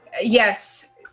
Yes